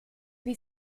wie